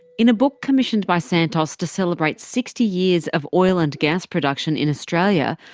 in a book commissioned by santos to celebrate sixty years of oil and gas production in australia,